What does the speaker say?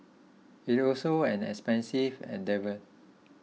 it's also an expensive endeavour